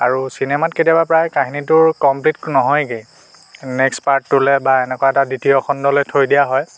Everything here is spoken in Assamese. আৰু চিনেমাত কেতিয়াবা প্ৰায় কাহিনীটো কমপ্লিট নহয়গৈ নেস্ক পাৰ্টটোলৈ বা এনেকোৱা এটা দ্বিতীয় খণ্ডলৈ থৈ দিয়া হয়